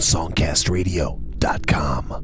SongcastRadio.com